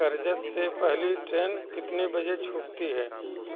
करजत से पहली ट्रेन कितने बजे छूटती है